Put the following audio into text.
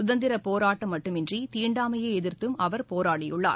சுதந்திரபோராட்டம் மட்டுமன்றி தீண்டாமையைஎதிர்த்தும் அவர் போராடியுள்ளார்